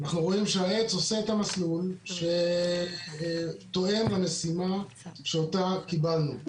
אנחנו רואים שהעץ עושה את המסלול שתואם למשימה שאותה קיבלנו.